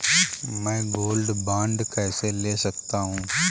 मैं gold bond कैसे ले सकता हूँ?